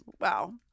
Wow